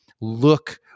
look